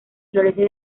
florece